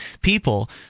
people